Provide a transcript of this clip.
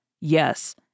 Yes